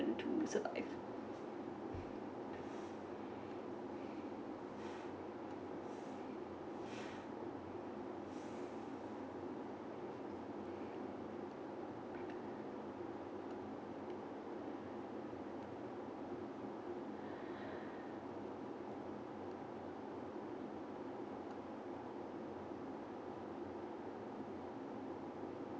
to survive